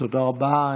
תודה רבה.